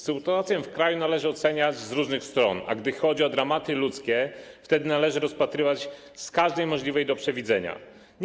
Sytuację w kraju należy oceniać z różnych stron, a gdy chodzi o dramaty ludzkie, należy rozpatrywać z każdej możliwej do przewidzenia strony.